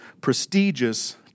prestigious